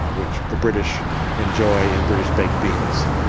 which the british enjoy in british baked beans,